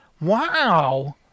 Wow